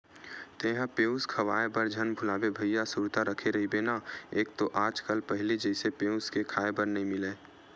तेंहा पेयूस खवाए बर झन भुलाबे भइया सुरता रखे रहिबे ना एक तो आज कल पहिली जइसे पेयूस क खांय बर नइ मिलय